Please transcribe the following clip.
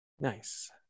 Nice